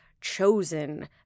chosen